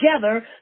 together